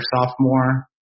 sophomore